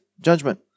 judgment